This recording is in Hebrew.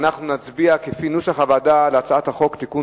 ואנחנו נצביע כנוסח הוועדה על הצעת החוק לתיקון